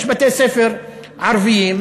יש בתי-ספר ערביים,